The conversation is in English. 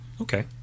okay